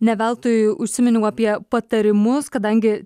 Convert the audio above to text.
ne veltui užsiminiau apie patarimus kadangi